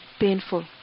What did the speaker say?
painful